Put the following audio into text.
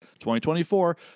2024